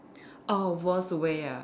oh worst way ah